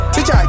Bitch